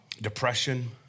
depression